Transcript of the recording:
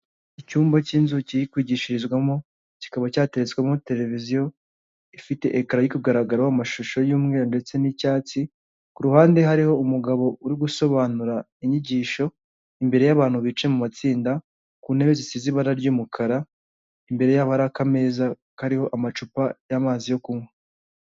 Icyumba cy'inzu kiri kwigishirizwamo kikaba cyatetswemo televiziyo ifite ekara igaragaraho amashusho y'umweru ndetse n'icyatsi, ku ruhande hariho umugabo uri gusobanura inyigisho imbere y'abantu bicaye mu matsinda, ku ntebe zisize ibara ry'umukara. Imbere y'abo hari akameza kariho amacupa y'amazi yo kunywa.